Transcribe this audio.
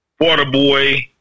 Waterboy